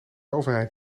overeind